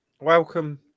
welcome